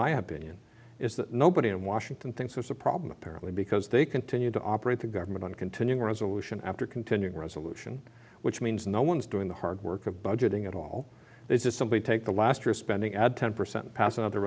my opinion is that nobody in washington thinks it's a problem apparently because they continue to operate the government on continuing resolution after continuing resolution which means no one's doing the hard work of budgeting at all is to simply take the last year's spending add ten percent pass another